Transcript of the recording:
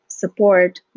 support